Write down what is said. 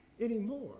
anymore